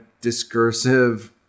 discursive